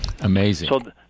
Amazing